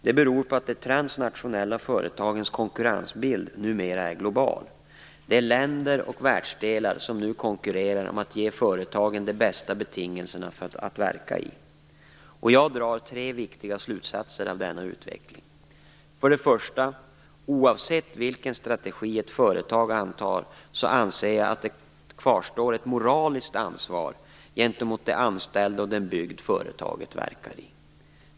Det beror på att de transnationella företagens konkurrensbild numera är global. Det är länder och världsdelar som nu konkurrerar om att ge företagen de bästa betingelserna att verka i. Jag drar tre viktiga slutsatser av denna utveckling. För det första: Oavsett vilken strategi ett företag antar anser jag att det kvarstår ett moraliskt ansvar gentemot de anställda och den bygd företaget verkar i.